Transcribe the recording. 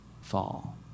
fall